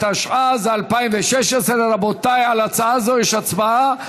התשע"ז 2016. רבותיי, על הצעה זו יש הצבעה.